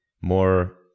more